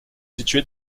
situés